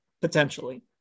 potentially